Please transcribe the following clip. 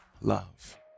Love